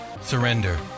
Surrender